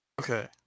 Okay